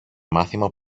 μάθημα